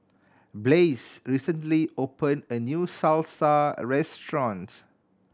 Blaise recently opened a new Salsa Restaurant